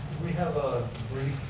we have a